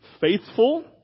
faithful